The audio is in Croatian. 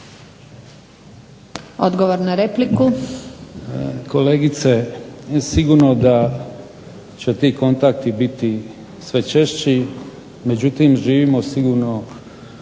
Vedran (HDZ)** Kolegice, sigurno da će ti kontakti biti sve češći, međutim, živimo sigurno